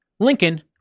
Lincoln